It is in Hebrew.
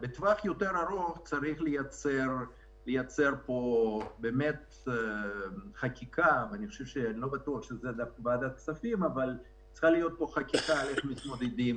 בטווח יותר ארוך צריך לייצר פה חקיקה לגבי איך מתמודדים